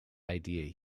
idea